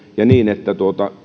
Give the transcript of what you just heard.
ja niin että